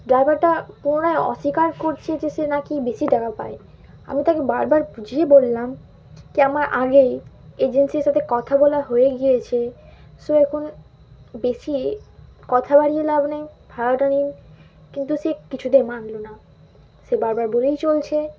ড্রাইভারটা পুনরায় অস্বীকার করছে যে সে নাকি বেশি টাকা পায় আমি তাকে বারবার বুঝিয়ে বললাম কি আমার আগেই এজেন্সির সাথে কথা বলা হয়ে গিয়েছে সো এখন বেশি কথা বাড়িয়ে লাভ নেই ভাড়াটা নিন কিন্তু সে কিছুতে মানল না সে বারবার বলেই চলছে